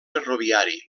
ferroviari